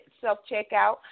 self-checkout